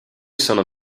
sono